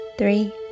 Three